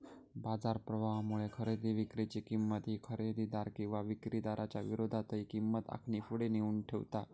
बाजार प्रभावामुळे खरेदी विक्री ची किंमत ही खरेदीदार किंवा विक्रीदाराच्या विरोधातही किंमत आणखी पुढे नेऊन ठेवता